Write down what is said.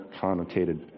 connotated